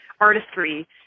artistry